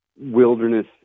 wilderness